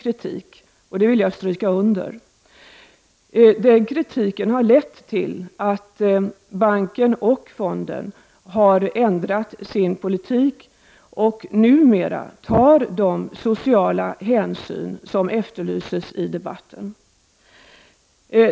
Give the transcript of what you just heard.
Kritiken har lett till att banken och fonden har ändrat sin politik. Numera tas de sociala hänsyn som efterlystes i debatten.